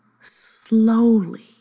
slowly